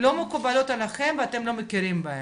לא מקובלות עליכם ואתם לא מכירים בהן.